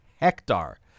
hectare